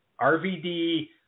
RVD